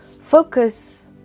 Focus